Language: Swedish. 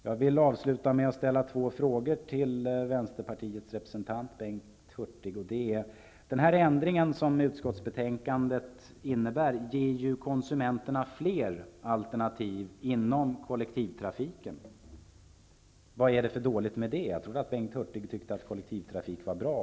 Jag vill avsluta med att ställa två frågor till Den ändring som utskottsbetänkandet innebär ger ju konsumenterna fler alternativ inom kollektivtrafiken. Vad är det för dåligt med det? Jag trodde att Bengt Hurtig tyckte att kollektivtrafik var bra.